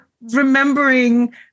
remembering